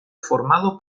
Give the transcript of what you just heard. formado